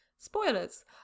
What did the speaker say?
spoilers